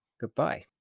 Goodbye